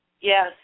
Yes